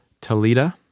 Talita